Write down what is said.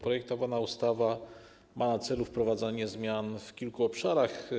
Projektowana ustawa ma na celu wprowadzenie zmian w kilku obszarach.